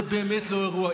זה באמת לא האירוע.